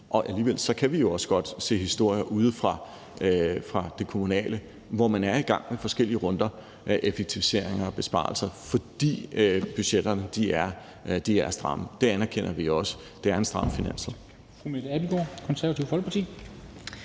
og alligevel kan vi jo også godt se historier ude fra det kommunale, hvor man er i gang med forskellige runder af effektiviseringer og besparelser, fordi budgetterne er stramme. Det anerkender vi også: Det er en stram finanslov.